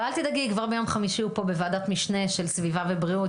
ככל שהצבע בהיר יותר יש פחות מידע.